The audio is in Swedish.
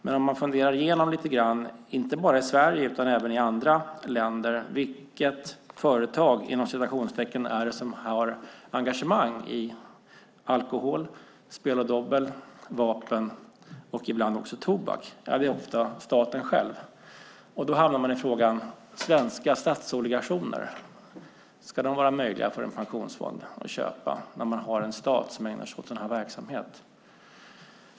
Men om man funderar igenom lite grann, inte bara i Sverige utan även i andra länder, vilket "företag" det är som har engagemang i alkohol, spel och dobbel, vapen och ibland också tobak, då finner man att det ofta är staten själv. Då hamnar man på frågan: Ska svenska statsobligationer vara möjliga för en pensionsfond att köpa, när man har en stat som ägnar sig åt sådan verksamhet?